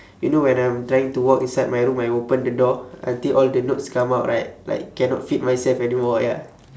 you know when I'm trying to walk inside my room I open the door until all the notes come out right like cannot fit myself anymore ya